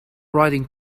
writing